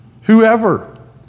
whoever